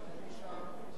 נכון.